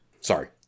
sorry